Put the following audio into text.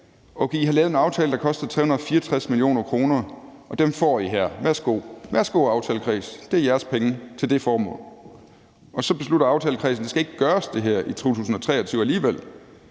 Okay, I har lavet en aftale, der koster 364 mio. kr., og dem får I her; værsgo aftalekreds, det er jeres penge til det formål. Så beslutter aftalekredsen, at det her alligevel